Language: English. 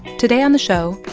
today on the show,